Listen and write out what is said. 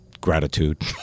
gratitude